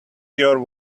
your